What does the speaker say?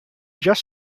just